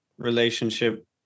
relationship